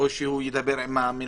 או שהוא ידבר עם המנהל.